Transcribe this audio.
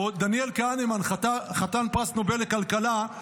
דניאל כהנמן, חתן פרס נובל לכלכלה,